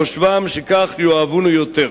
בחושבם שכך יאהבו אותנו יותר.